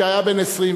כשהיה בן 20,